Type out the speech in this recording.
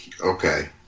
Okay